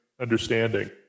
understanding